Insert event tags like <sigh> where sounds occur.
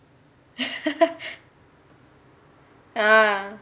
<laughs> ah